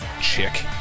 chick